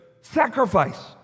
sacrifice